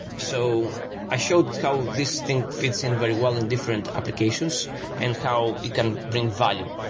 so i showed how this thing fits in very well in different applications and how it can bring value.